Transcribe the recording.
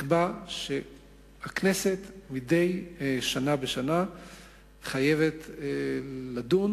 נקבע כי הכנסת מדי שנה בשנה חייבת לדון